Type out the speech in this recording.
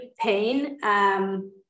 pain